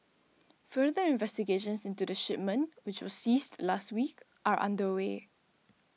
further investigations into the shipment which was seized last week are underway